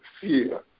fear